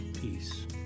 peace